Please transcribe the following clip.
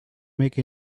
make